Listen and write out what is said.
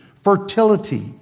fertility